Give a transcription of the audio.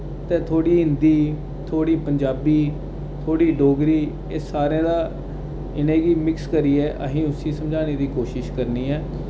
ते थोह्ड़ी हिंदी थोह्ड़ी पंजाबी थोह्ड़ी डोगरी एह् सारें दा इ'नें गी मिक्स करियै असीं उस्सी समझाने दी कोशिश करनी ऐ